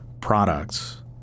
products